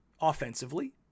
offensively